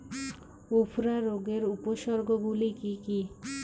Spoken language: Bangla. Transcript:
উফরা রোগের উপসর্গগুলি কি কি?